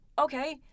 okay